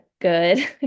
good